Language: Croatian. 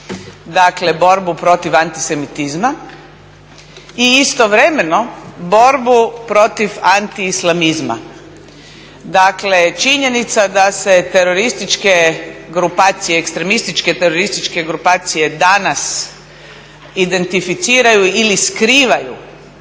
dakle borbu protiv antisemitizma. I istovremeno borbu protiv antiislamizma. Dakle činjenica da se terorističke grupacije, ekstremističke, terorističke grupacije danas identificiraju ili skrivaju